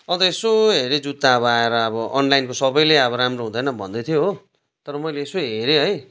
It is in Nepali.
अन्त यसो हेरेँ जुत्ता अब आएर अब अनलाइनको सबैले अब राम्रो हुँदैन भन्दैथ्यो हो तर मैले यसो हेरेँ है